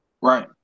Right